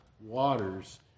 waters